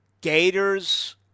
gators